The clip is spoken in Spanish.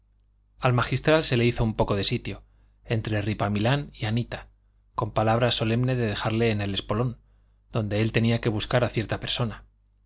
al magistral se le hizo un poco de sitio entre ripamilán y anita con palabra solemne de dejarle en el espolón donde él tenía que buscar a cierta persona